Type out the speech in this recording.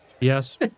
Yes